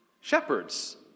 shepherds